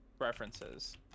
references